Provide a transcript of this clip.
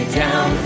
down